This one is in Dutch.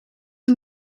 een